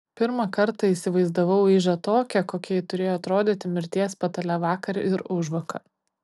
pirmą kartą įsivaizdavau ižą tokią kokia ji turėjo atrodyti mirties patale vakar ir užvakar